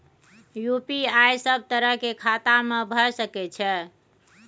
UPI सब तरह के खाता में भय सके छै?